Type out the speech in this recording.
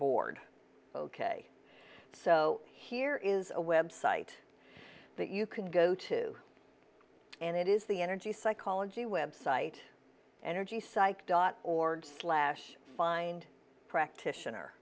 bored ok so here is a website that you can go to and it is the energy psychology website energy psych dot org slash find a practitioner